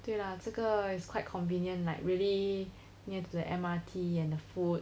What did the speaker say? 对啦这个 is quite convenient like really near to the M_R_T and the food